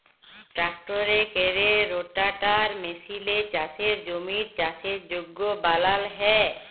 ট্রাক্টরে ক্যরে রোটাটার মেসিলে চাষের জমির চাষের যগ্য বালাল হ্যয়